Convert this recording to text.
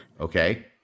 Okay